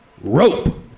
Rope